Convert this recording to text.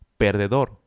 perdedor